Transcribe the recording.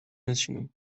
nationaux